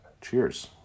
Cheers